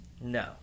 No